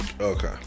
okay